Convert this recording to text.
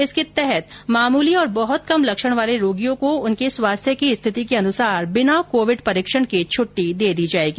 इसके तहत मामूली और बहुत कम लक्षण वाले रोगियों को उनके स्वास्थ्य की स्थिति के अनुसार बिना कोविड परीक्षण के छुट्टी दे दी जाएगी